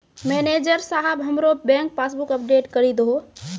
manager साहेब हमरो bank passbook update करि दहो